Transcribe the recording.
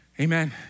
Amen